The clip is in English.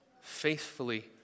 faithfully